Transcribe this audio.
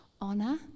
honor